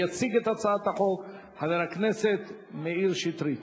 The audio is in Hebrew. יציג את הצעת החוק חבר הכנסת מאיר שטרית.